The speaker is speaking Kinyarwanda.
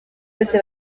yose